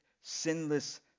sinless